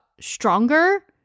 stronger